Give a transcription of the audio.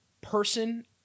person